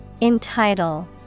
Entitle